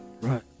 Right